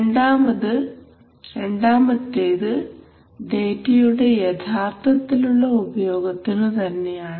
രണ്ടാമത്തേത് ഡേറ്റയുടെ യഥാർത്ഥത്തിലുള്ള ഉപയോഗത്തിനു തന്നെയാണ്